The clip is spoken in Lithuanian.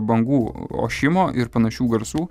bangų ošimo ir panašių garsų